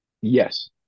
Yes